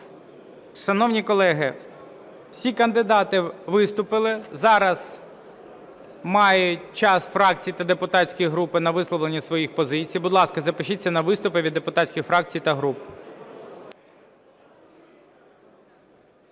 Шановні колеги, всі кандидати виступили, зараз мають час фракції та депутатські групи на висловлення своїх позицій. Будь ласка, запишіться на виступи від депутатських фракцій та груп.